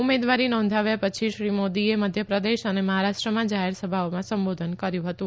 ઉમેદવારી નોંધાવ્યા પછી શ્રી મોદીએ મધ્ય પ્રદેશ અને મહારાષ્ટ્રમાં જાહેર સભાઓમાં સંબોધન કર્યુ હતું